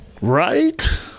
Right